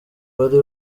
wari